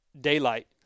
daylight